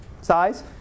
size